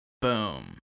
Boom